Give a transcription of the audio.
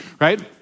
Right